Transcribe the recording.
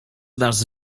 nas